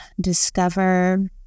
discover